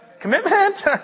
commitment